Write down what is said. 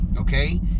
Okay